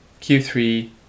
Q3